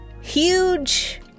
huge